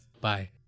bye